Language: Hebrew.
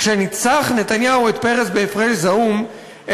"כשניצח נתניהו את פרס בהפרש זעום,